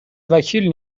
وکیل